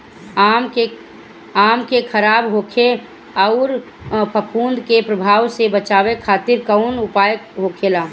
आम के खराब होखे अउर फफूद के प्रभाव से बचावे खातिर कउन उपाय होखेला?